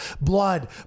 Blood